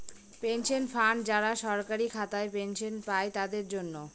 pension fund যারা সরকারি খাতায় পেনশন পাই তাদের জন্য